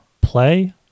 Play